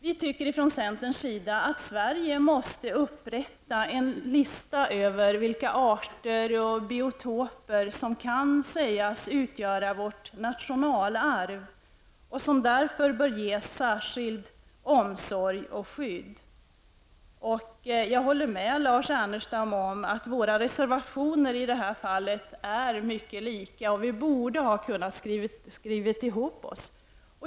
Vi i centern tycker att Sverige måste upprätta en lista över vilka arter och biotoper som kan sägas utgöra vårt nationalarv och som därför bör ges särskild omsorg och särskilt skydd. Jag håller med Lars Ernestam om att våra reservationer i det här fallet är mycket lika och att vi borde ha kunnat skriva ihop oss.